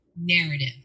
narrative